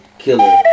Killer